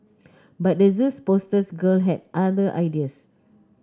but the Zoo's poster girl had other ideas